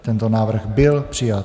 Tento návrh byl přijat.